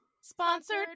Sponsored